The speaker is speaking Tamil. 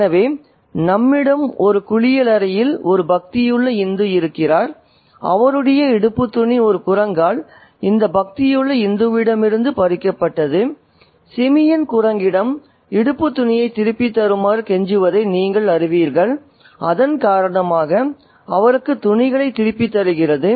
எனவே நம்மிடம் ஒரு குளியலறையில் ஒரு பக்தியுள்ள இந்து இருக்கிறார் அவருடைய இடுப்புத் துணி ஒரு குரங்கால் இந்த பக்தியுள்ள இந்துவிடமிருந்து பறிக்கப்பட்டது சிமியன் குரங்கிடம் இடுப்பு துணியைத் திருப்பித் தருமாறு கெஞ்சுவதை நீங்கள் அறிவீர்கள் அதன் காரணமாக அவருக்கு துணிகளைத் திருப்பித் தருகிறது